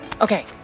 Okay